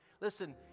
Listen